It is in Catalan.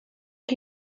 que